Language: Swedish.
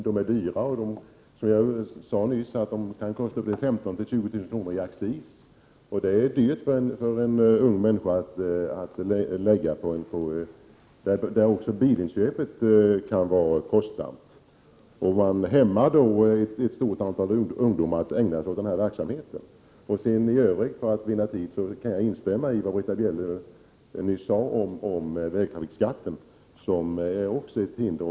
Som jag sade nyss kan det kosta 15 000 till 20 000 kr. i accis, utöver bilinköpet som också kan vara kostsamt. Det hindrar ett stort antal ungdomar att ägna sig åt denna verksamhet. För att vinna tid vill jag i övrigt instämma i vad Britta Bjelle nyss sade om vägtrafikskatten på veteranbilar.